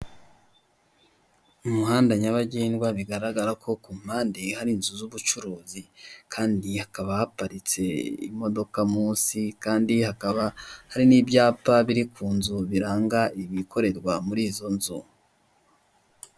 Umuhanda nyabagendwa bigaragara ko ku mpande hari inzu z'ubucuruzi kandi hakaba haparitse imodoka munsi kandi hakaba hari n'ibyapa biri ku nzu biranga ibikorerwa muri izo nzu.